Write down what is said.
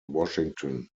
washington